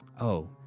Oh